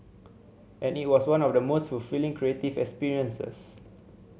and it was one of the most fulfilling creative experiences